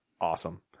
awesome